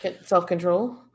Self-control